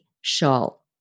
shawl